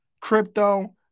crypto